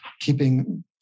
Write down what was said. keeping